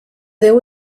déu